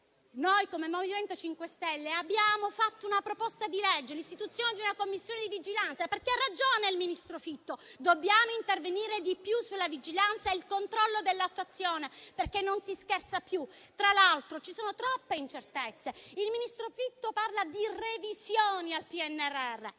noi, come MoVimento 5 Stelle, abbiamo fatto una proposta di legge, l'istituzione di una Commissione di vigilanza, perché ha ragione il ministro Fitto: dobbiamo intervenire di più sulla vigilanza e sul controllo dell'attuazione, perché non si scherza più. Tra l'altro, ci sono troppe incertezze. Il ministro Fitto parla di revisioni al PNRR.